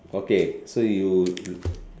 okay so you